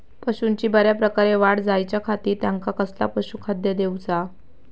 पशूंची बऱ्या प्रकारे वाढ जायच्या खाती त्यांका कसला पशुखाद्य दिऊचा?